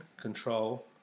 control